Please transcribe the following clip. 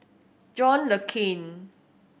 John Le Cain